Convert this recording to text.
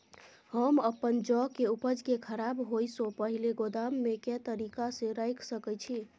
हम अपन जौ के उपज के खराब होय सो पहिले गोदाम में के तरीका से रैख सके छी?